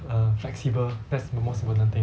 err flexible that's the most important thing